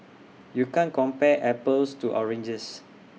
you can't compare apples to oranges